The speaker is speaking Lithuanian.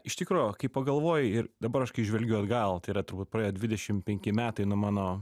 iš tikro kai pagalvoji ir dabar aš kai žvelgiu atgal yra turbūt praėję dvidešim penki metai nuo mano